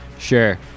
Sure